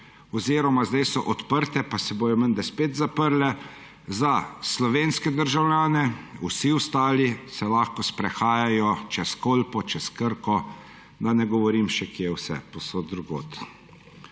oziroma zdaj so odprte, pa se bodo menda spet zaprle za slovenske državljane, vsi ostali se lahko sprehajajo čez Kolpo, čez Krko, da ne govorim, še kje vse povsod drugod.